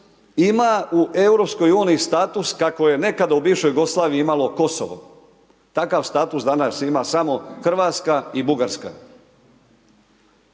ima u EU, status kako je nekada u bivšoj Jugoslaviji imalo Kosovo, takav status danas ima samo Hrvatska i Bugarska.